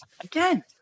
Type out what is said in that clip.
Again